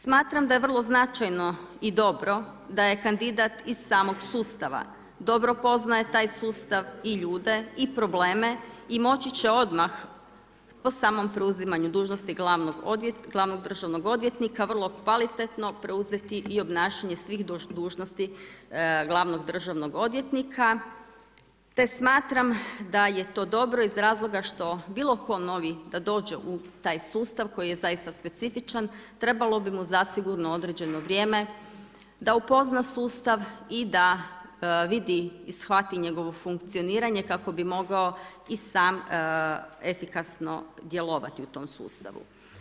Smatram da je vrlo značajno i dobro da je kandidat iz samog sustava, dobro poznaje taj sustav i ljude i probleme i moći će odmah po samom preuzimanju dužnosti glavnog državnog odvjetnika vrlo kvalitetno preuzeti i obnašanje svih dužnosti glavnog državnog odvjetnika, te smatram da je to dobro iz razloga što bilo tko novi da dođe u taj sustav koji je zaista specifičan trebalo bi mu zasigurno određeno vrijeme da upozna sustav i da vidi i shvati njegovo funkcioniranje kako bi mogao i sam efikasno djelovati u tom sustavu.